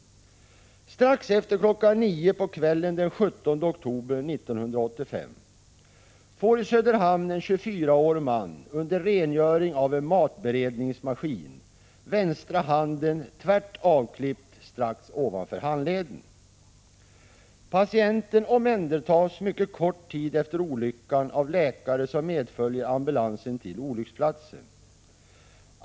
Strax efter klockan 9 på kvällen den 17 oktober 1985 får i Söderhamn en 24-årig man under rengöring av en matberedningsmaskin vänstra handen tvärt avklippt strax ovanför handleden. Patienten omhändertas mycket kort tid efter olyckan av läkare som medföljer ambulansen till olycksplatsen.